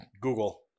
Google